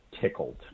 Tickled